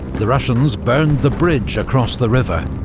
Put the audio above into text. the russians burned the bridge across the river,